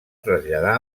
traslladar